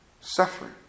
Suffering